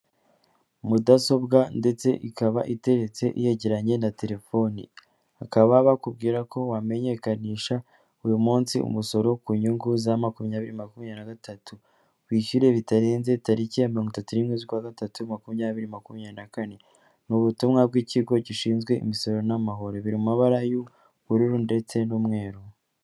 Mudasobwa ndetse ikaba iteretse iyegeranye na telefoni, bakaba bakubwira ko wamenyekanisha uyu munsi umusoro ku nyungu za makumyabiri makumyabiri nagatatu, wishyure bitarenze tariki ya mirongo itatu n'imwe z'ukwa gatatu, makumyabiri makumyabiri na kane. Ni ubutumwa bw'ikigo gishinzwe imisoro n'amahoro biri mu mabara y'ubururu ndetse n'umweru.